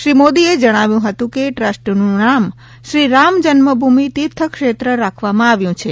શ્રી મોદીએ જણાવ્યું હતું કે ટ્રસ્ટનું નામ શ્રી રામજન્મભૂમિ તીર્થ ક્ષેત્ર રાખવામાં આવ્યું છે